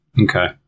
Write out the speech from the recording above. Okay